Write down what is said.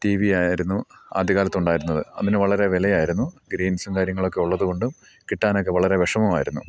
T V യായിരുന്നു ആദ്യകാലത്തുണ്ടായിരുന്നത് അതിന് വളരെ വിലയായിരുന്നു ഗ്രെയിൻസും കാര്യങ്ങളും ഒക്കെ ഉള്ളതുകൊണ്ടും കിട്ടാനൊക്കെ വളരെ വിഷമമായിരുന്നു